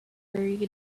worried